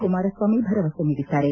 ಕುಮಾರಸ್ವಾಮಿ ಭರವಸೆ ನೀಡಿದ್ದಾರೆ